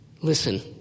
Listen